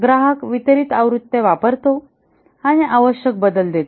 ग्राहक वितरित आवृत्त्या वापरतो आणि आवश्यक बदल देतो